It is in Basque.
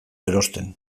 erosten